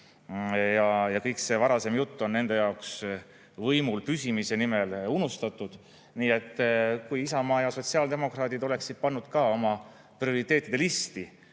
ja kogu see varasem jutt on nende jaoks võimul püsimise nimel unustatud. Nii et kui Isamaa ja sotsiaaldemokraadid oleksid pannud oma prioriteetide listi